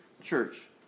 church